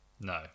No